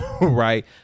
right